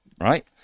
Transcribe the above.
right